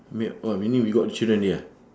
wait oh meaning we got uh children already ah